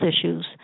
issues